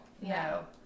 No